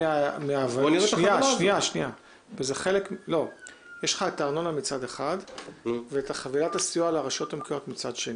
יש את הארנונה מצד אחד ואת חבילת הסיוע לרשויות המקומיות מצד שני.